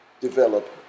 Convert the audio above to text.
develop